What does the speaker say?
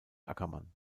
ackermann